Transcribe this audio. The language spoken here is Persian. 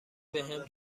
بهم